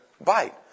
bite